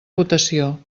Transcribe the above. votació